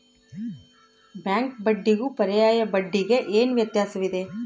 Bank ಬಡ್ಡಿಗೂ ಪರ್ಯಾಯ ಬಡ್ಡಿಗೆ ಏನು ವ್ಯತ್ಯಾಸವಿದೆ?